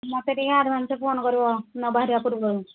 ମୋତେ ଟିକେ advance phone କରିବ ନ ବାହାରିବା ପୂର୍ବରୁ